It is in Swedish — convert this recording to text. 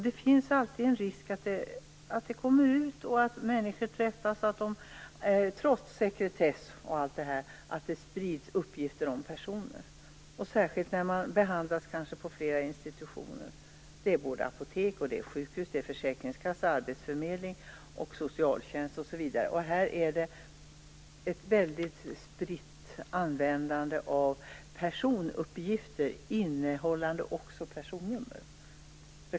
Det finns alltid en risk att det kommer ut, att människor träffas och att det trots sekretess sprids uppgifter om personer. Det gäller kanske särskilt när man behandlas på flera institutioner. Det är apotek, sjukhus, försäkringskassa, arbetsförmedling, socialtjänst osv. Här förekommer ett mycket spritt användande av personuppgifter, innehållande också personnummer.